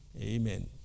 Amen